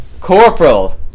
Corporal